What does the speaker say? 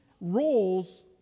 roles